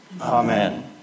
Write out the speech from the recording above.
Amen